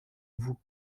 vous